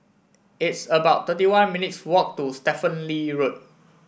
it's about thirty one minutes' walk to Stephen Lee Road